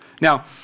Now